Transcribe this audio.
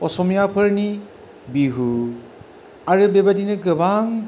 असमियाफोरनि बिहु आरो बेबादिनो गोबां